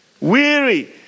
weary